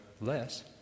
less